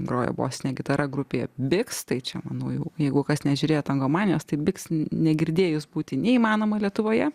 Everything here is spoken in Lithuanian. grojo bosine gitara grupėje biks tai čia manau jau jeigu kas nežiūrėjo tangomanijos tai biks negirdėjus būti neįmanoma lietuvoje